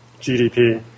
GDP